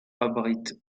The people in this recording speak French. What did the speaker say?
abritent